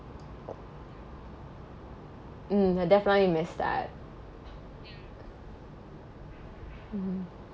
mm I definitely miss that mmhmm